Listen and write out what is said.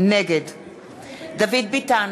נגד דוד ביטן,